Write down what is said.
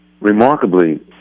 remarkably